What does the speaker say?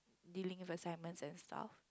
dealing with assignments and stuff